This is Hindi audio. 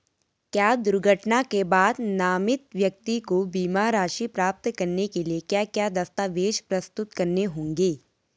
क्या दुर्घटना के बाद नामित व्यक्ति को बीमा राशि प्राप्त करने के लिए क्या क्या दस्तावेज़ प्रस्तुत करने होंगे?